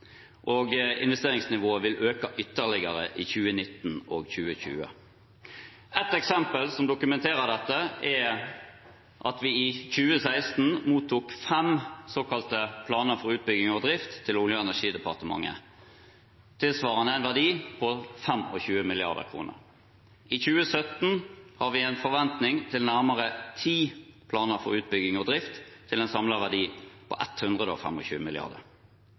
og investeringsnivået vil øke ytterligere i 2019 og 2020. Et eksempel som dokumenterer dette, er at vi i 2016 mottok fem såkalte planer for utbygging og drift til Olje- og energidepartementet, tilsvarende en verdi på 25 mrd. kr. I 2017 har vi en forventning til nærmere ti planer for utbygging og drift til en samlet verdi på